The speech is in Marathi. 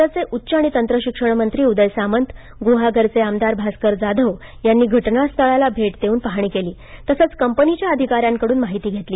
राज्याचे उच्च आणि तंत्र शिक्षण मंत्री उदय सामंत गुहागरचे आमदार भास्कर जाधव यांनी घटनास्थळाला भेट देऊन पाहणी केली तसंच कंपनीच्या अधिकाऱ्यांकडून माहिती घेतली